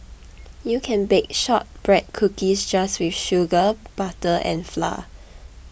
you can bake Shortbread Cookies just with sugar butter and flour